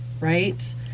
right